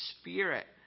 Spirit